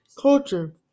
culture